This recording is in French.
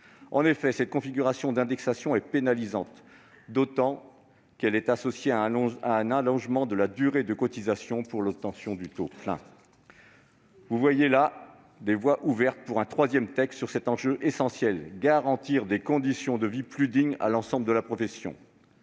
En effet, cette configuration d'indexation est pénalisante, d'autant qu'elle est associée à un allongement de la durée de cotisation pour l'obtention du taux plein. Ce sont là des pistes de travail pour un troisième texte sur cet enjeu essentiel : garantir des conditions de vie plus dignes à l'ensemble de la profession.